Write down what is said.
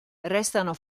restano